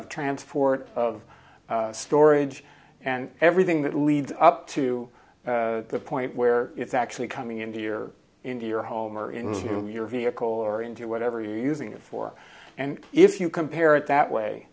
of transport of storage and everything that leads up to the point where it's actually coming into your into your home or in this room your vehicle or into whatever you're using it for and if you compare it that way